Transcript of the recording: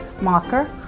Mocker